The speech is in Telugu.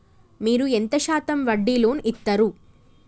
మీరు ఎంత శాతం వడ్డీ లోన్ ఇత్తరు?